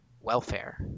welfare